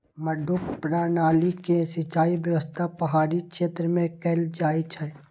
मड्डू प्रणाली के सिंचाइ व्यवस्था पहाड़ी क्षेत्र मे कैल जाइ छै